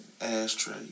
Ashtray